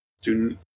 student